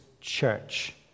church